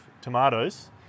tomatoes